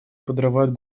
подрывают